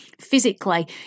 physically